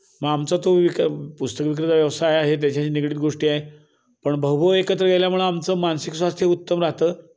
मग आमचा तो विका पुस्तक विक्रीचा व्यवसाय आहे त्याच्याशी निगडित गोष्टी आहे पण भाऊभाऊ एकत्र गेल्यामुळं आमचं मानसिक स्वास्थ्य उत्तम राहतं